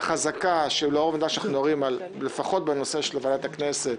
וחזקה שלאור העובדה שאנחנו מדברים לפחות בנושא של ועדת הכנסת